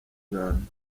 ngando